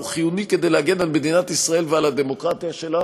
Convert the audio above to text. הוא חיוני כדי להגן על מדינת ישראל ועל הדמוקרטיה שלה,